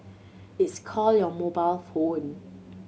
it's called your mobile phone